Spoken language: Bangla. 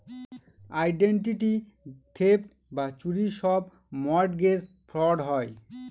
আইডেন্টিটি থেফট বা চুরির সব মর্টগেজ ফ্রড হয়